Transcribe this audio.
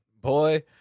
boy